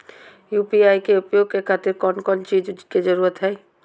UPI के उपयोग के खातिर कौन कौन चीज के जरूरत है?